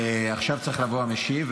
עכשיו צריך לבוא המשיב,